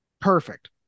perfect